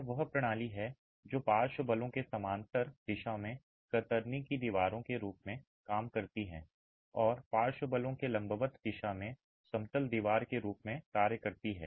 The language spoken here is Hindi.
यह वह प्रणाली है जो पार्श्व बलों के समानांतर दिशा में कतरनी की दीवारों के रूप में काम करती है और पार्श्व बलों के लंबवत दिशा में समतल दीवार के रूप में कार्य करती है